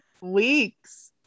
weeks